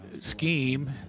scheme